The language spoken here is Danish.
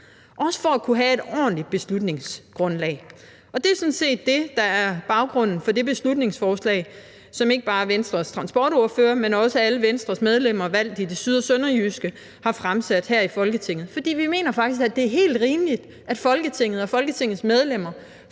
også for at kunne have et ordentligt beslutningsgrundlag. Det er sådan set det, der er baggrunden for det beslutningsforslag, som ikke bare Venstres transportordfører, men også alle Venstres medlemmer valgt i det syd- og sønderjyske har fremsat her i Folketinget. For vi mener faktisk, at det er helt rimeligt, at Folketinget og Folketingets medlemmer